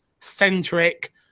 centric